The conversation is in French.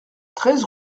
treize